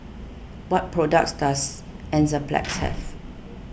what products does Enzyplex have